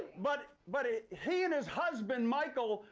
but but ah he and his husband, michael,